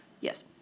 Yes